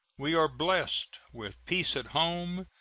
we are blessed with peace at home,